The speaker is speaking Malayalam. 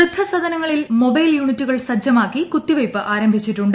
വൃദ്ധ സദനങ്ങളിൽ മൊബൈൽ യൂണിറ്റുകൾ സജ്ജമാക്കി കുത്തിവയ്പ്പ് ആരംഭിച്ചിട്ടുണ്ട്